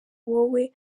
wowe